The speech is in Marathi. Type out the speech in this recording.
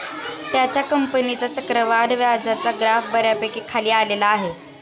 त्याच्या कंपनीचा चक्रवाढ व्याजाचा ग्राफ बऱ्यापैकी खाली आलेला आहे